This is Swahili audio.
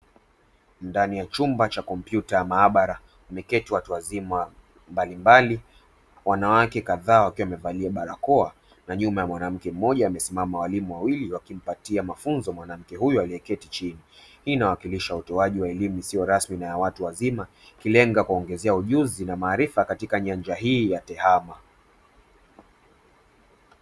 Ndani ya chumba cha kompyuta maabara wameketi watu wazima mbalimbali, wanawake kadhaa wakiwa wamevalia balakoa na nyuma ya mwanamke mmoja wamesimama walimu wawili wakiwa wakimpatia mafunzo mwanamke huyo aliyeketi chini. Hii inawakilisha utoaji wa elimu isiyo rasmi na ya watu wazima ikilenga kuwaongezea ujuzi na maarifa katika nyanja hii ya tehama.